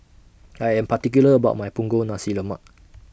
I Am particular about My Punggol Nasi Lemak